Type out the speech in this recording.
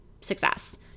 success